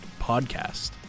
podcast